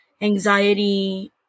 anxiety